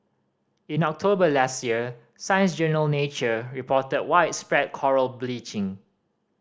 in October last year science journal Nature reported widespread coral bleaching